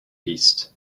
east